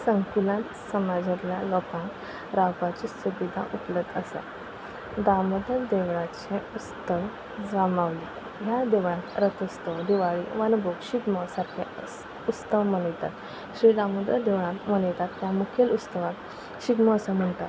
संकुलान समाजांतल्या लोकांक रावपाची सुविदा उपलब्द आसा दामोदर देवळाचे उस्तव जांबावली ह्या देवळांत रथोस्तव दिवाळी वनभोग शिगमो सारके उस उत्सव मनयतात श्री दामोदर देवळांत मनयतात त्या मुखेल उत्सवाक शिगमो असो म्हणटा